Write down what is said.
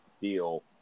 deal